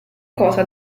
cosa